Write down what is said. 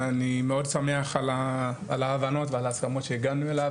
אני מאוד שמח על ההבנות ועל ההסכמות שהגענו אליהם,